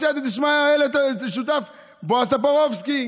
בסייעתא דשמיא הזה שותף בועז טופורובסקי,